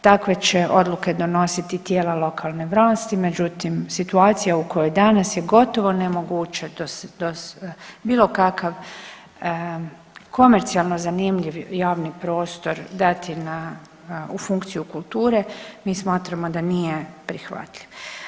Takve će odluke donositi tijela lokalne vlasti, međutim situacija u kojoj danas je gotovo nemoguće bilo kakav komercijalno zanimljiv javni prostor dati na, u funkciju kulture mi smatramo da nije prihvatljiv.